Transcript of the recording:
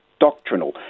doctrinal